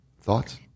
Thoughts